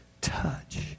touch